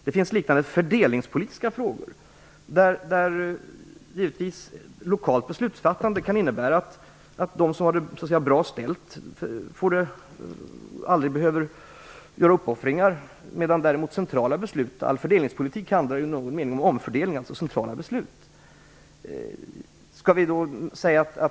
Det finns även fördelningspolitiska frågor där lokalt beslutsfattande kan innebära att de som har det bra ställt aldrig behöver göra uppoffringar. Fördelningspolitik handlar ju i någon mening om omfördelning av centrala beslut.